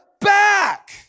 back